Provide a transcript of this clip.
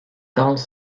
quarante